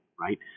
right